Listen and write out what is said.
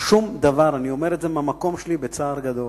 שום דבר, ואני אומר את זה מהמקום שלי בצער גדול.